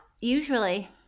usually